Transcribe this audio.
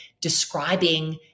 describing